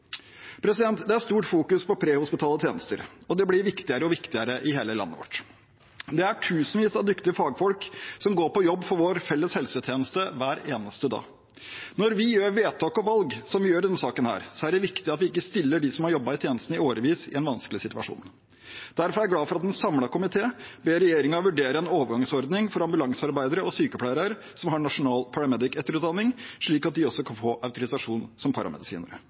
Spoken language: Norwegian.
Det er stort fokus på prehospitale tjenester, og det blir viktigere og viktigere i hele landet vårt. Det er tusenvis av dyktige fagfolk som går på jobb for vår felles helsetjeneste hver eneste dag. Når vi gjør vedtak og valg, som vi gjør i denne saken, er det viktig at vi ikke stiller dem som har jobbet i tjenesten i årevis, i en vanskelig situasjon. Derfor er jeg glad for at en samlet komité ber regjeringen vurdere en overgangsordning for ambulansearbeidere og sykepleiere som har nasjonal paramedic-etterutdanning, slik at de også kan få autorisasjon som paramedisinere.